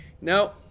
No